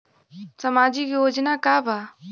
सामाजिक योजना का बा?